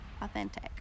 Authentic